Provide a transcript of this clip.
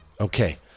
okay